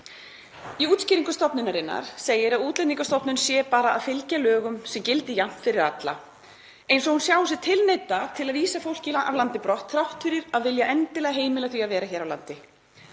Í útskýringunum segir að Útlendingastofnun sé bara að fylgja lögum sem gildi jafnt fyrir alla, eins og hún sjái sig tilneydda til að vísa fólki af landi brott þrátt fyrir að vilja endilega heimila því að vera hér á landi.